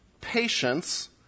patience